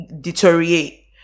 deteriorate